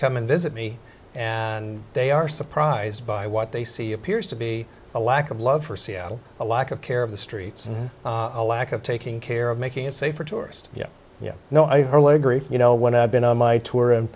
come and visit me and they are surprised by what they see appears to be a lack of love for seattle a lack of care of the streets and a lack of taking care of making it safer tourist yeah you know i her leg you know when i've been on my tour and